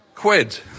quid